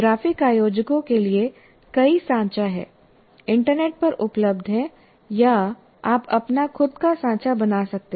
graphic आयोजकों के लिए कई सांचा हैं इंटरनेट पर उपलब्ध हैं या आप अपना खुद का सांचा बना सकते हैं